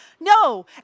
No